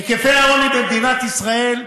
היקפי העוני במדינת ישראל,